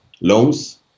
loans